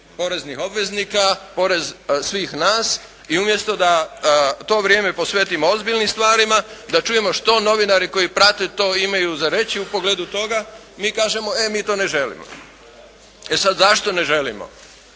poreznih obveznika, porez svih nas i umjesto da to vrijeme posvetimo ozbiljnim stvarima. Da čujemo što novinari koji prate to imaju za reći u pogledu toga mi kažemo: «E mi to ne želimo». E sad zašto ne želimo?